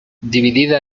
dividida